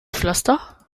pflaster